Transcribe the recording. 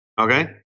Okay